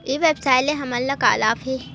ई व्यवसाय से हमन ला का लाभ हे?